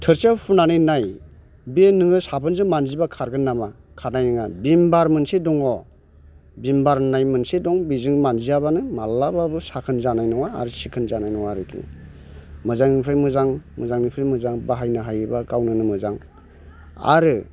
थोरसियाव फुनानै नाय बे नोङो साफुनजों मानजिबा खारगोन नामा खारनाय नङा भिम्बार मोनसे दङ भिम्बार होन्नाय मोनसे दं बेजों मानजियाबानो मालाबाबो साखोन जानाय नङा आरो सिखोन जानाय नङा आरोखि मोजांनिफ्राय मोजां मोजांनिफ्राय मोजां बाहायनो हायोबा गाव नोनो मोजां आरो